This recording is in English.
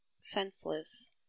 senseless